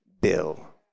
bill